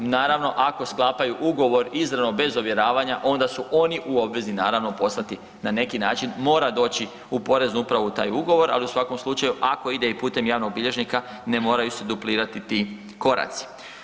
Naravno, ako sklapaju ugovor izravno, bez ovjeravanja, onda si oni u obvezi naravno, poslati na neki način, mora doći u poreznu upravu taj ugovor, ali u svakom slučaju, ako ide i putem javnog bilježnika, ne moraju se duplirati ti koraci.